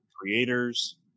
creators